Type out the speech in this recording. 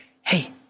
hey